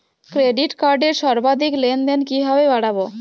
Credit কার্ডের সর্বাধিক লেনদেন কিভাবে বাড়াবো?